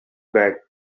bag